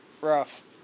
Rough